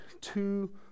two